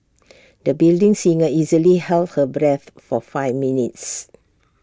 the budding singer easily held her breath for five minutes